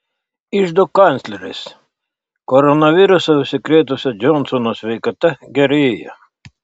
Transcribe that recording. iždo kancleris koronavirusu užsikrėtusio džonsono sveikata gerėja